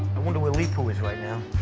i wonder where leepu is right now.